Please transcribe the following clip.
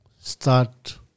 start